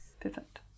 perfect